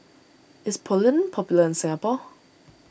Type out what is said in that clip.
is Polident popular in Singapore